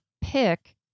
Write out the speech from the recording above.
pick